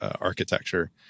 architecture